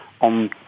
on